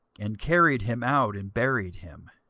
and carried him out, and buried him.